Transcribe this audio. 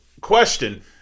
question